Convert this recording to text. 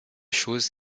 choses